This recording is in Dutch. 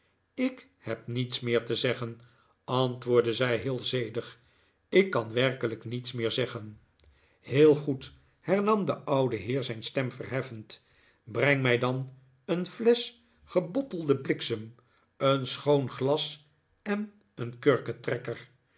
ik heb niets meer te zeggen antwoordde zij heel zedig ik kan werkelijk niets meer zeggen heel goed hernam de oude heer zijn stem verheffend breng mij dan een flesch gebottelden bliksem een schoon glas en een